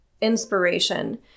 inspiration